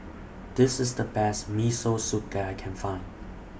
This IS The Best Miso Soup that I Can Find